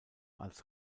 als